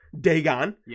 Dagon